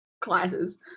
classes